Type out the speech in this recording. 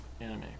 anime